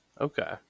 Okay